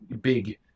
big